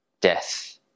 death